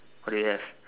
what do you have